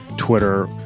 Twitter